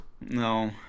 No